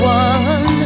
one